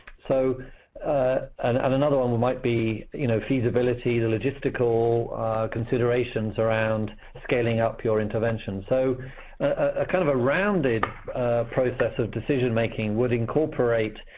so and and another one might be you know feasibility, the logistical considerations around scaling up your intervention. so a kind of a rounded process of decision-making would incorporate